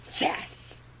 Yes